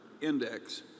index